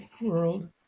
world